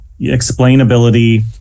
explainability